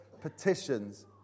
petitions